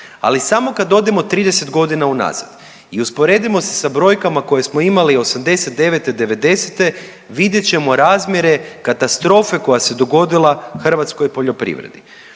Ali samo kad odemo 30 godina unazad i usporedimo se sa brojkama koje smo imali '89., '90. vidjet ćemo razmjere katastrofe koja se dogodila u hrvatskoj poljoprivredi